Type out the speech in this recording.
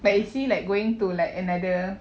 but is he like going to like another